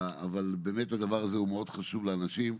באמת הדבר הזה הוא מאוד חשוב לאנשים,